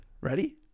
Ready